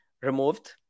removed